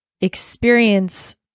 experience